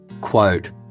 Quote